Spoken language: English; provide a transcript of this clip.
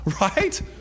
Right